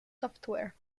software